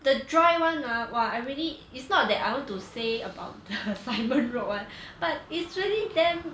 the dry [one] ah !wah! I really it's not that I want to say about simon road [one] but it's really damn